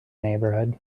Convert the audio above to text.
neighborhood